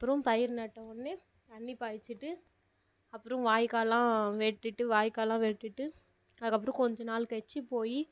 அப்புறோம் பயிர் நட்டவொடனே தண்ணீர் பாய்ச்சிவிட்டு அப்புறோம் வாய்க்காலெலாம் வெட்டிவிட்டு வாய்க்காலெலாம் வெட்டிவிட்டு அதுக்கப்புறோம் கொஞ்சம் நாள் கழிச்சு போய்